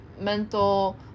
mental